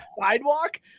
sidewalk